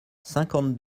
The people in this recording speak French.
cinquante